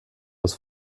aus